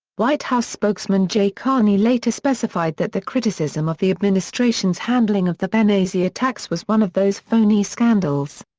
white house spokesman jay carney later specified that the criticism of the administration's handling of the benghazi attacks was one of those phony scandals.